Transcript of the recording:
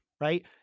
right